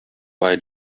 why